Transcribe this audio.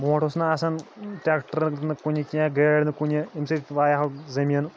برٛونٛٹھ اوس نہٕ آسان ٹرٛٮ۪کٹَر نہٕ کُنہِ کینٛہہ گٲڑۍ نہٕ کُنہِ اَمہِ سۭتۍ وایہَو زٔمیٖن